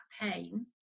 pain